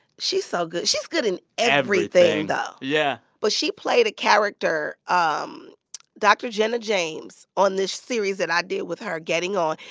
she's so good. she's good in everything. everything. though. yeah but she played a character, um dr. jenna james, on this series that i did with her, getting on.